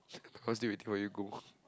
cause they waiting for you go